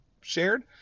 shared